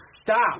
Stop